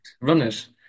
runners